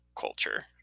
culture